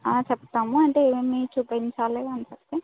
చెప్తాము అంటే ఏమి చూపించాలి అని చెప్పేసి